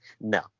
no